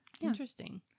Interesting